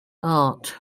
art